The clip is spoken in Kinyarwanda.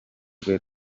jean